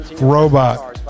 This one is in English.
robot